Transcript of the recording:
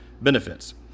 benefits